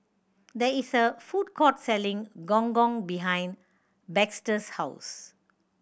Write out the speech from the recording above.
there is a food court selling Gong Gong behind Baxter's house